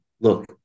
Look